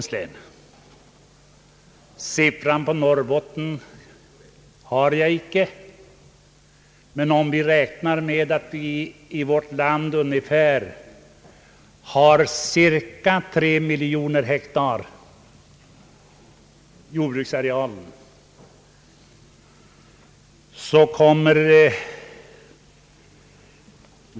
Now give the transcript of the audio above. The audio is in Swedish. Siffran för Norrbotten har jag inte, men vi räknar med att vårt land har en jordbruksareal av ungefär tre miljoner hektar.